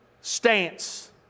stance